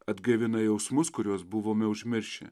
atgaivina jausmus kuriuos buvome užmiršę